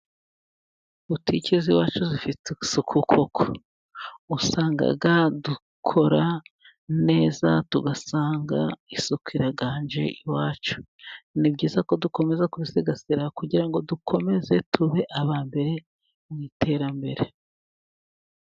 Butiki z'iwacu zifite isuku koko. Usanga dukora neza tugasanga isuku iraganje iwacu. Ni byiza ko dukomeza kubisigasira kugira ngo dukomeze tube aba mbere mu iterambere.